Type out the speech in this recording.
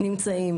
נמצאים.